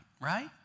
right